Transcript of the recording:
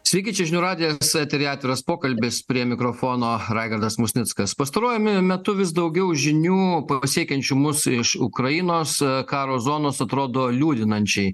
sveiki čia žinių radijas eteryje atviras pokalbis prie mikrofono raigardas musnickas pastaruoju m metu vis daugiau žinių pasiekiančių mus iš ukrainos karo zonos atrodo liūdinančiai